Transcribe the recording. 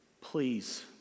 Please